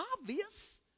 obvious